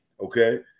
okay